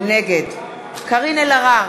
נגד קארין אלהרר,